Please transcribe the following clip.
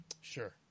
Sure